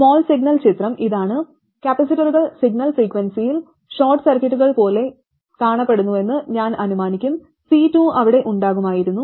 small signal ചിത്രം ഇതാണ് കപ്പാസിറ്ററുകൾ സിഗ്നൽ ഫ്രീക്വൻസിയിൽ ഷോർട്ട് സർക്യൂട്ടുകൾ പോലെ കാണപ്പെടുന്നുവെന്ന് ഞാൻ അനുമാനിക്കും C2 അവിടെ ഉണ്ടാകുമായിരുന്നു